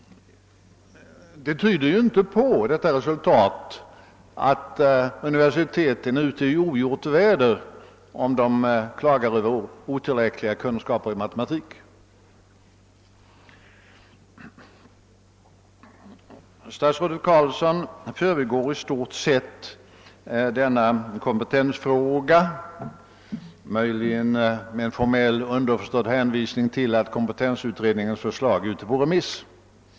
Detta undersökningsresultat tyder ju inte på att universiteten är ute i ogjort väder när de klagar över otillräckliga kunskaper i matematik. Statsrådet Carlsson förbigår i stort sett denna kompetensfråga, möjligen med en underförstådd hänvisning till att kompetensutredningens förslag är ute på remiss.